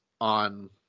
on